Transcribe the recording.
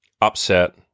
upset